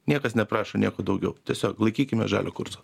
niekas neprašo nieko daugiau tiesiog laikykime žalią kursą